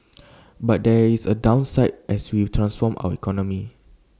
but there is A downsides as we transform our economy